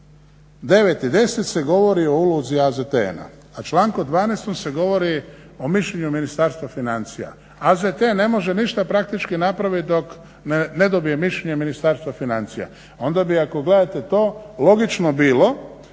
i 10. se govori o ulozi AZTN-a, a člankom 12. se govori o mišljenju Ministarstva financija. AZTN ne može ništa praktički napraviti dok ne dobije mišljenje Ministarstva financija. Onda bi ako gledate to logično bilo